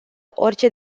orice